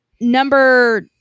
number